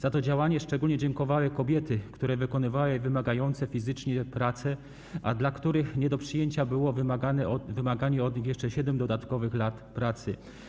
Za to działanie szczególnie dziękowały kobiety, które wykonywały wymagające fizycznie prace, a dla których nie do przyjęcia było wymaganie od nich jeszcze dodatkowych 7 lat pracy.